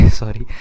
sorry